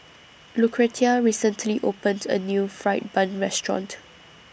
Lucretia recently opened A New Fried Bun Restaurant